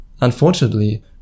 Unfortunately